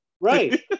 Right